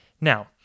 Now